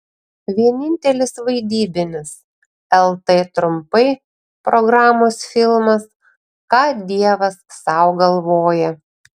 vienintelis vaidybinis lt trumpai programos filmas ką dievas sau galvoja